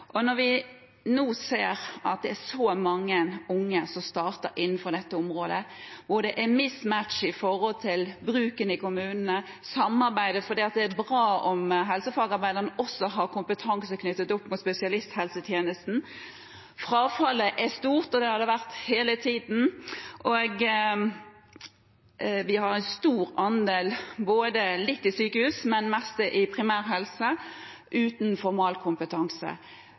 helsesektoren. Når vi ser at det er mange unge som starter innenfor dette området og det er mismatch i bruken i kommunene og i samarbeidet, er det bra om helsefagarbeiderne også har kompetanse knyttet opp mot spesialisthelsetjenesten. Frafallet er stort, det har det vært hele tiden, og vi har en stor andel, litt i sykehusene, men mest i primærhelsetjenesten, uten formalkompetanse.